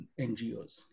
NGOs